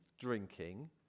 drinking